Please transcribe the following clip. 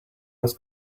was